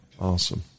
Awesome